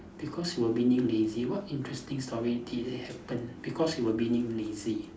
because you were being lazy what interesting story did it happen because you were being lazy